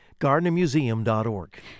GardnerMuseum.org